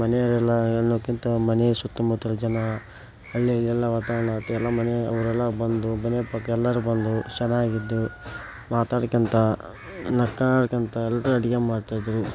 ಮನೆಯವರೆಲ್ಲಾ ಎನ್ನೋಕ್ಕಿಂತ ಮನೆ ಸುತ್ತ ಮುತ್ತಲ ಜನ ಹಳ್ಳಿಯ ಎಲ್ಲ ವಾತಾವರಣವಿತ್ತು ಎಲ್ಲ ಮನೆ ಅವರೆಲ್ಲಾ ಬಂದು ಮನೆ ಪಕ್ಕ ಎಲ್ಲರು ಬಂದು ಚೆನ್ನಾಗಿದ್ದು ಮಾತಾಡ್ಕೋತ ನಕ್ಕಾಡ್ಕೋತ ಎಲ್ಲರೂ ಅಡುಗೆ ಮಾಡ್ತಾಯಿದ್ದರು